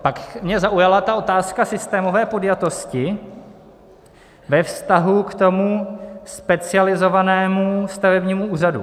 Pak mě zaujala ta otázka systémové podjatosti ve vztahu k tomu specializovanému stavebnímu úřadu.